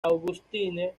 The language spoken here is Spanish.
augustine